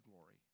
glory